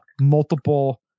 multiple